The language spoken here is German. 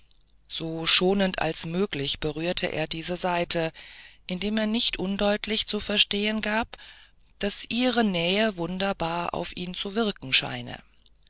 so schonend als möglich berührte er diese saite indem er nicht undeutlich zu verstehen gab daß ihre nähe wunderbar auf ihn zu wirken scheine